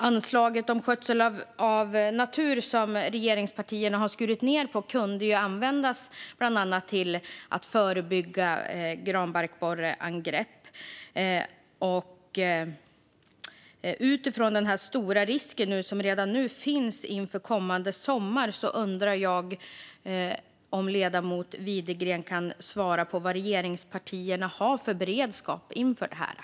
Anslaget för skötsel av natur, som regeringspartierna har skurit ned på, kunde ju användas bland annat till att förebygga granbarkborreangrepp. Utifrån den stora risk som redan nu finns inför kommande sommar undrar jag om ledamoten Widegren kan svara på vilken beredskap regeringspartierna har inför detta.